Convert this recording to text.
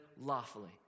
lawfully